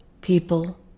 People